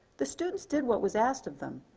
the students did what was asked of them,